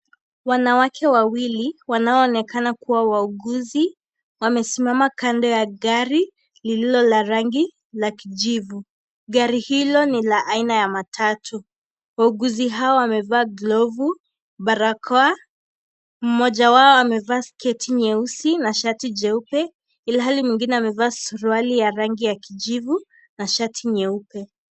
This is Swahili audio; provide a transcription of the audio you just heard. Wanawake wawili wanaonekana kuwa wauguzi wamesimama kando ya gari lililola rangi la kijivu gari hilo ni la aina ya matatu wauguzi hao wamevaa glavu barakoa mmoja wao amevaa sketi nyeusi na shati jeupe ilihali mwingine amevalia suruali ya rangi ya kijivu na shati nyeupe.